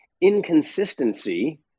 inconsistency